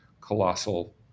colossal